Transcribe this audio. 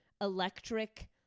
electric